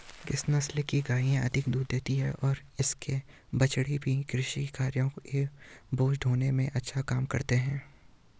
किस नस्ल की गायें अधिक दूध देती हैं और इनके बछड़े भी कृषि कार्यों एवं बोझा ढोने में अच्छा काम करते हैं?